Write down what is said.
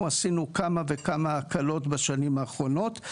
עשינו כמה וכמה הקלות בשנים האחרונות.